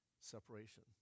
separation